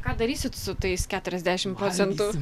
ką darysit su tais keturiasdešim procentų